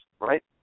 right